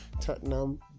Tottenham